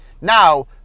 Now